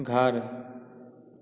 घर